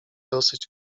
dosyć